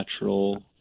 natural